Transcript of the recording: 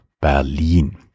Berlin